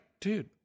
Dude